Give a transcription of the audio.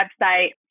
website